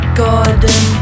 garden